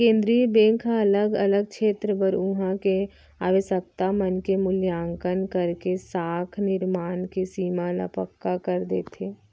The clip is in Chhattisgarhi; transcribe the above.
केंद्रीय बेंक ह अलग अलग छेत्र बर उहाँ के आवासकता मन के मुल्याकंन करके साख निरमान के सीमा ल पक्का कर देथे